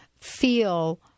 feel